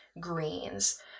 greens